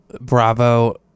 Bravo